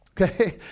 Okay